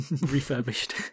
refurbished